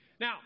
Now